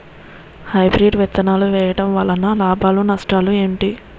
Hybrid విత్తనాలు వేయటం వలన లాభాలు నష్టాలు ఏంటి?